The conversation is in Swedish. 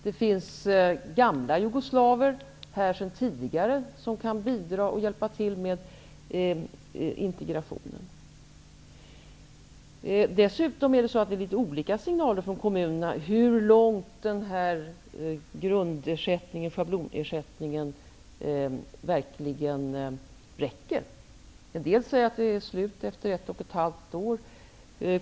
Det finns jugoslaver här sedan tidigare, som kan hjälpa till med integrationen. Dessutom är signalerna från kommunerna litet olika om hur långt schablonersättningen verkligen räcker. En del säger att den är slut efter ett och ett halvt år.